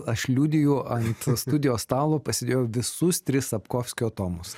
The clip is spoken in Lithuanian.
aš liudiju ant studijos stalo pasidėjau visus tris sapkovskio tomus